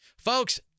Folks